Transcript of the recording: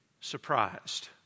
surprised